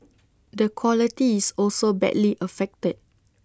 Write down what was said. the quality is also badly affected